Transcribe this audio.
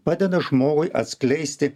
padeda žmogui atskleisti